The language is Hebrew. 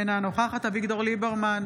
אינה נוכחת אביגדור ליברמן,